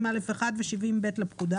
70א1 ו-70ב לפקודה.